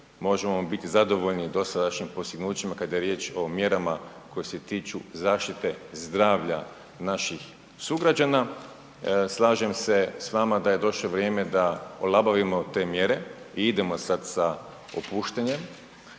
Možemo biti zadovoljni dosadašnjim postignućima kada je riječ o mjerama koje se tiču zaštite zdravlja naših sugrađana. Slažem se s vama da je došlo vrijeme da olabavimo te mjere i idemo sada sa opuštanjem.